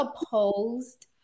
opposed